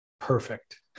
Perfect